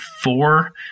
four